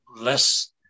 less